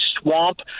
swamp